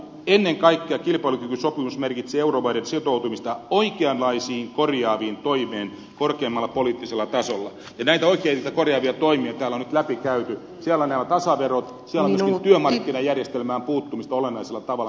ennen kaikkea kilpailukykysopimus merkitsee euromaiden sitoutumista oikeanlaisiin korjaaviin toimiin korkeimmalla poliittisella tasolla nähdä oikeita kohde ja toimitalon läpikäynyt jalan jalkansa tiedot ja annoin työmarkkinajärjestelmään puuttumista olennaisella tavalla